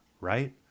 right